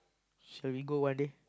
shall we go one day